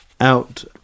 out